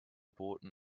boten